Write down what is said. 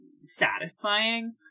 satisfying